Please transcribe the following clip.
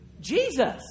Jesus